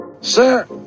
Sir